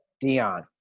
Dion